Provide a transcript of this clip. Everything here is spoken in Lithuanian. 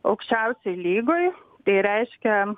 aukščiausioj lygoj tai reiškia